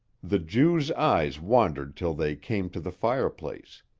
the jew's eyes wandered till they came to the fireplace.